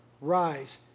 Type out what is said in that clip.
rise